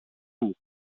μου